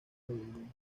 medellín